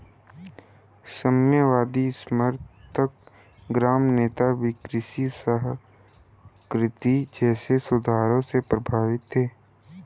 साम्यवादी समर्थक ग्राम नेता भी कृषि सहकारिता जैसे सुधारों से प्रभावित थे